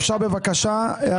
רק אם אפשר במשפט להתייחס.